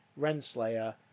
Renslayer